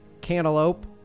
Cantaloupe